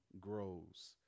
grows